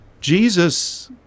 Jesus